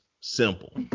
simple